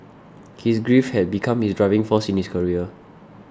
his grief had become his driving force in his career